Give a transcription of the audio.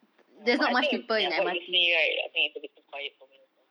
ya but I think like what you say right I think it's a bit too quiet for me also